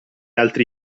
altri